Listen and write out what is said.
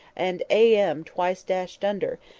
and a m. twice dashed under,